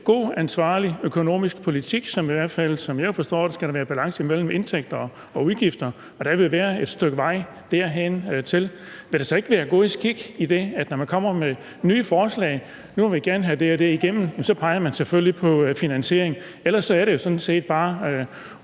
god, ansvarlig økonomisk politik, hvor der, i hvert fald som jeg forstår det, skal være balance mellem indtægter og udgifter. Og der vil jo være et stykke vej derhen. Skal det så ikke være god skik i det, at når man kommer med nye forslag – nu vil vi gerne have det og det igennem – jamen så peger man selvfølgelig på finansiering? Ellers er det sådan set bare at